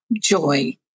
joy